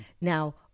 Now